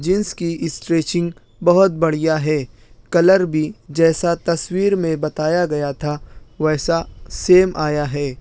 jeans کی stretching بہت بڑھیا ہے کلر بھی جیسا تصویر میں بتایا گیا تھا ویسا سیم آیا ہے